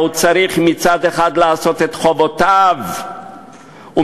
הוא צריך מצד אחד למלא את חובותיו ומצד